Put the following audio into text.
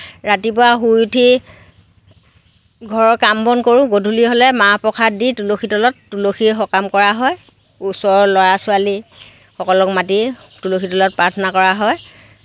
ৰাতিপুৱা শুই উঠি ঘৰৰ কাম বন কৰোঁ গধূলি হ'লে মাহ প্ৰসাদ দি তুলসীৰ তলত তুলসীৰ সকাম কৰা হয় ওচৰৰ ল'ৰা ছোৱালীসকলক মাতি তুলসীৰ তলত প্ৰাৰ্থনা কৰা হয়